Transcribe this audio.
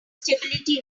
stability